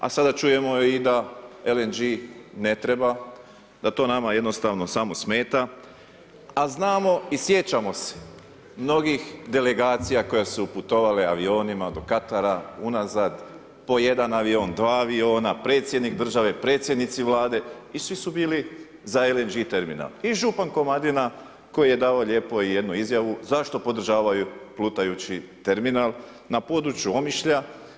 A sada čujemo i da LNG ne treba, da to nama jednostavno samo smeta, a znamo i sjećamo se mnogih delegacija, koja su putovale avionima, do Katara, unazad po jedan avion, dva aviona, predsjednik države, predsjednici vlade i svi su bili za LNG terminal i župan Komadina koji je davao lijepo jednu izjavu zašto podržavaju plutajući terminal na području Omišlja.